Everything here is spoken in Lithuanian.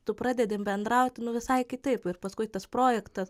tu pradedi bendrauti nu visai kitaip ir paskui tas projektas